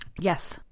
Yes